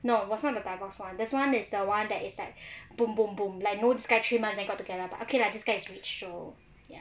no was not the divorce [one] this [one] is the one that is like boom boom boom like know this guy three months then got together but okay lah this guy is rich so ya